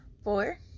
Four